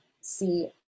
see